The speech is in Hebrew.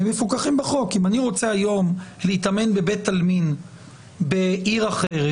אם אני רוצה היום להיטמן בבית עלמין בעיר אחרת,